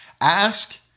Ask